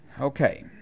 Okay